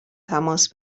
تماس